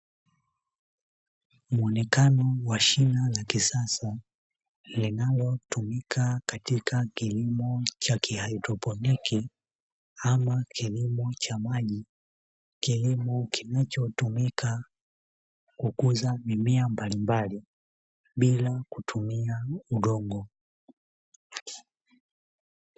Muonekano wa shina la kisasa linalotumika katika kilimo cha haidroponi ama kilimo cha maji. Kilimo kinachotumika kukuza mimea mbalimbali bila kutumia udongo.